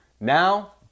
Now